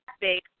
big